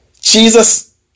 Jesus